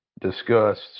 discussed